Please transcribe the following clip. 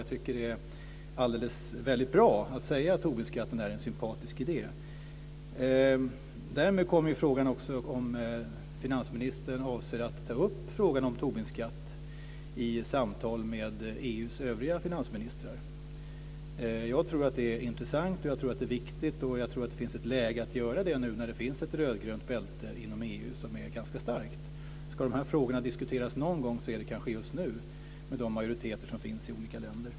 Jag tycker att det är väldigt bra att säga att Tobinskatten är en sympatisk idé. Därmed kommer också frågan upp om finansministern avser att ta upp frågan om Tobinskatt i samtal med EU:s övriga finansministrar. Jag tror att det är intressant och viktigt. Jag tror att det finns ett läge för att göra det nu när det finns ett rödgrönt bälte inom EU som är ganska starkt. Ska dessa frågor diskuteras någon gång är det kanske just nu, med de majoriteter som finns i olika länder.